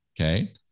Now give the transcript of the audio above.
Okay